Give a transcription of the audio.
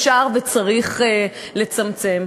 אפשר וצריך לצמצם.